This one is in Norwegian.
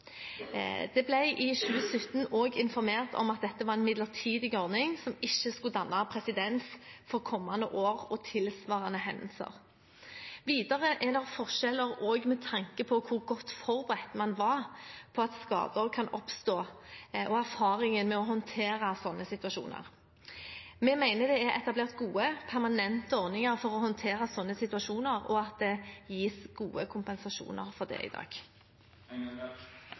Det ble i 2017 også informert om at dette var en midlertidig ordning, som ikke skulle danne presedens for kommende år og tilsvarende hendelser. Videre er det forskjeller også med tanke på hvor godt forberedt man var på at skader kan oppstå, og erfaringen med å håndtere sånne situasjoner. Vi mener det er etablert gode, permanente ordninger for å håndtere slike situasjoner, og at det gis gode kompensasjoner for det i dag.